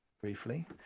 briefly